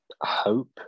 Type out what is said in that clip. hope